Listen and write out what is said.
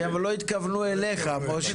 כן, אבל לא התכוונו אליך משה.